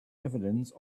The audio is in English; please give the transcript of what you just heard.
evidence